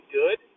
good